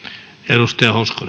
arvoisa